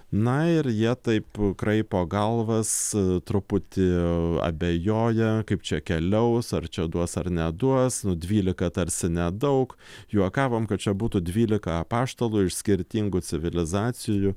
na ir jie taip kraipo galvas truputį abejoja kaip čia keliaus ar čia duos ar neduos nu dvylika tarsi nedaug juokavom kad čia būtų dvylika apaštalų iš skirtingų civilizacijų